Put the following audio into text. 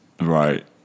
Right